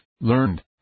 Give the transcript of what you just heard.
learned